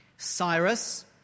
Cyrus